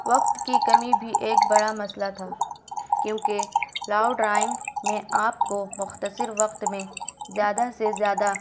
وقت کی کمی بھی ایک بڑا مسئلہ تھا کیونکہ لاؤ ڈرائنگ میں آپ کو مختصر وقت میں زیادہ سے زیادہ